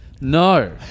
No